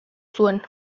zuen